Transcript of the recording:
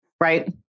right